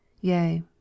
Yea